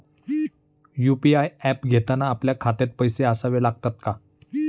UPI app घेताना आपल्या खात्यात पैसे असावे लागतात का?